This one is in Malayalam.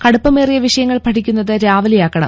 കടുപ്പമേറിയ വിഷയങ്ങൾ പഠിക്കുന്നത് രാവിലെയാക്കണം